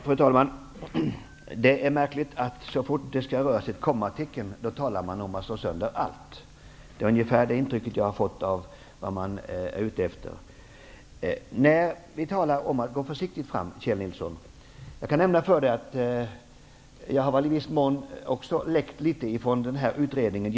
Fru talman! Det är märkligt att det så fort man rör ett kommatecken talas om att allt slås sönder. Det är ungefär det intrycket som jag har fått. Kjell Nilsson talar om att vi skall gå försiktigt fram. Jag kan nämna att jag i viss mån också har läckt litet från den här utredningen.